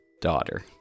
daughter